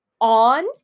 on